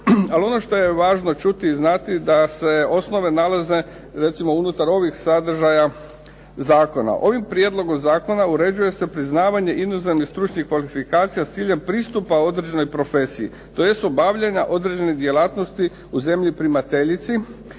Ali ono što je važno čuti i znati da se osnove nalaze recimo unutar ovih sadržaja zakona. Ovim prijedlogom zakona uređuje se priznavanje inozemnih stručnih kvalifikacija s ciljem pristupa određenoj profesiji, tj. obavljanja određene djelatnosti u zemlji primateljici